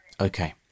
Okay